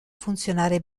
funzionare